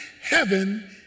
heaven